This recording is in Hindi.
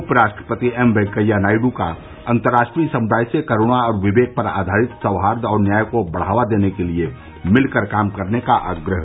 उपराष्ट्रपति एम वेंकैया नायडू का अतंर्राष्ट्रीय समुदाय से करूणा और विवेक पर आधारित सौहार्द और न्याय को बढ़ावा देने के लिये मिल कर काम करने का आग्रह